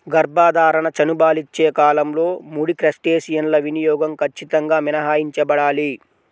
గర్భధారణ, చనుబాలిచ్చే కాలంలో ముడి క్రస్టేసియన్ల వినియోగం ఖచ్చితంగా మినహాయించబడాలి